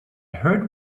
heard